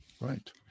Right